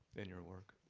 in your work?